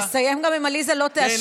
אתה מסיים גם אם עליזה לא תאשר.